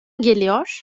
geliyor